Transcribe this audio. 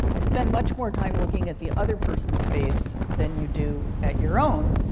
you spend much more time looking at the other person's face than you do at your own.